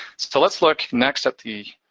so let's look next at the,